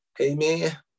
amen